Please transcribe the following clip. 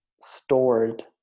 stored